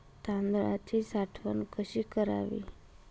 तांदळाची साठवण कशी करावी?